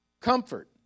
comfort